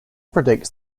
predicts